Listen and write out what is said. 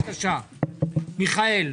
בבקשה, מיכאל.